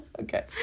Okay